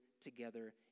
together